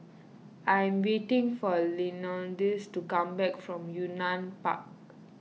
I am waiting for Leonidas to come back from Yunnan Park